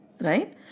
right